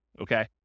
okay